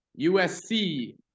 usc